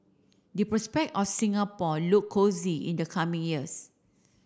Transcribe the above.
the prospect of Singapore look cosy in the coming years